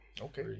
Okay